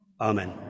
Amen